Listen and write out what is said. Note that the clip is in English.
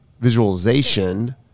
visualization